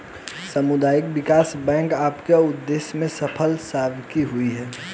सामुदायिक विकास बैंक अपने उद्देश्य में सफल साबित हुए हैं